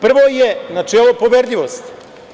Prvo je načelo poverljivosti.